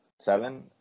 seven